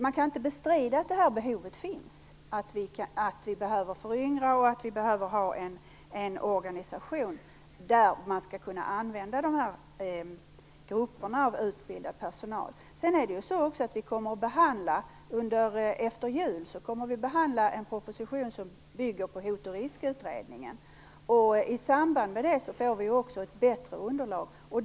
Man kan inte bestrida att detta behov finns, att vi behöver föryngra och att vi behöver ha en organisation där man skall kunna använda dessa grupper av utbildad personal. Efter jul kommer vi att behandla en proposition som bygger på Hot och riskutredningen. I samband med det får vi också ett bättre underlag.